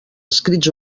escrits